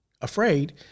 afraid